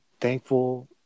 thankful